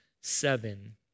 seven